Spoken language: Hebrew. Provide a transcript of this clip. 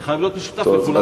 זה חייב להיות משותף לכולם.